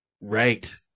Right